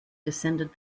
descended